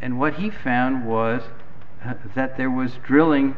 and what he found was that there was drilling